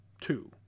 two